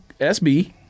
SB